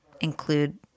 include